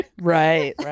right